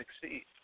succeed